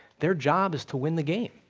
their job is to win the game.